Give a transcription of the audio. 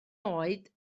oed